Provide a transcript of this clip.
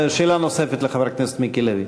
שאלה נוספת לחבר הכנסת מיקי לוי.